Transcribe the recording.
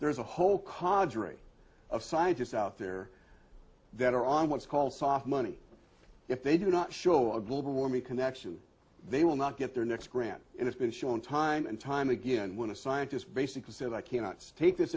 there is a whole qadri of scientists out there that are on what's called soft money if they do not show a global warming connection they will not get their next grant it has been shown time and time again when a scientist basically said i cannot speak this